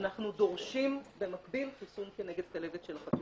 אנחנו דורשים במקביל חיסון כנגד כלבת של החתולים.